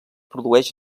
produeix